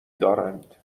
دارند